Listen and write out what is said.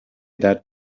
that